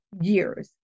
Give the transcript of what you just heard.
years